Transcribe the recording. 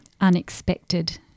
unexpected